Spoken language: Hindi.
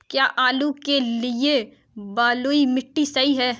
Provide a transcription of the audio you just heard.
क्या आलू के लिए बलुई मिट्टी सही है?